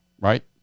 right